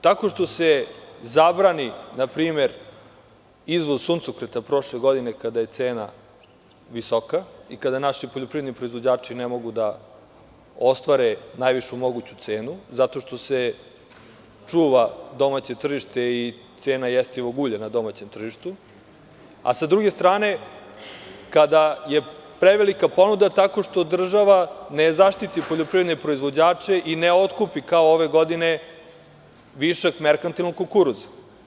Tako što se zabrani npr. izvoz suncokreta prošle godine, kada je cena visoka i kada naši poljoprivredni proizvođači ne mogu da ostvare najvišu moguću cenu, zato što se čuva domaće tržište i cena jestivog ulja na domaćem tržištu, a sa druge strane, kada je prevelika ponuda, tako što država ne zaštiti poljoprivredne proizvođače i ne otkupi, kao ove godine, višak merkantilnog kukuruza.